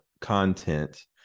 content